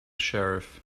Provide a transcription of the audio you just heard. sheriff